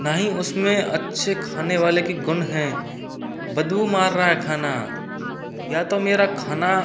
ना ही उसमें अच्छे खाने वाले की गुण हैं बदबू मार रहा है खाना या तो मेरा खाना